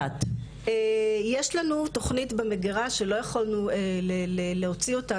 יש לנו תוכנית במגירה שלא יכולנו להוציא אותה